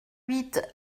huit